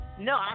No